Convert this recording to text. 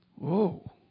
Whoa